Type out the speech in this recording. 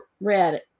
read